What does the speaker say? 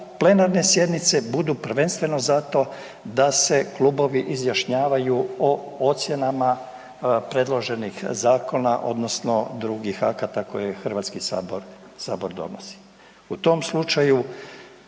plenarne sjednice budu prvenstveno za to da se klubovi izjašnjavaju o ocjenama predloženih zakona odnosno drugih akata koje Hrvatski sabor donosi. U tom slučaju